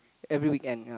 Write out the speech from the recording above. every weekend yea